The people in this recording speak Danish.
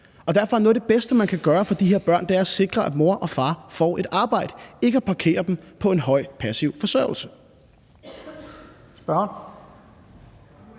for de her børn, at sikre, at mor og far får et arbejde, ikke at parkere dem på en høj passiv forsørgelse.